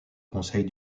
conseils